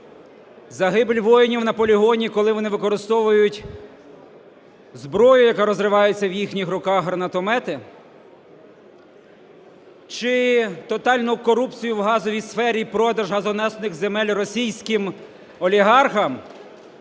Загибель воїнів на полігоні, коли вони використовують зброю, яка розривається в їхніх руках, гранатомети? Чи тотальну корупцію в газовій сфері, продаж газоносних земель російським олігархам?